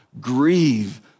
grieve